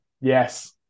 yes